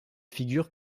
figures